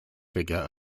figure